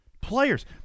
players